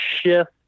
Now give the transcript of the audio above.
shift